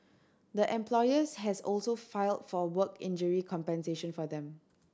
the employers has also filed for work injury compensation for them